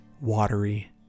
watery